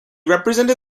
represented